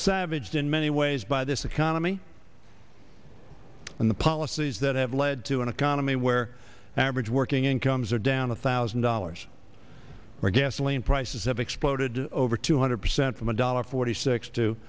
savaged in many ways by this economy and the policies that have led to an economy where average working incomes are down a thousand dollars or gasoline prices have exploded over two hundred percent from a dollar forty six to